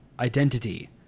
identity